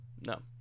No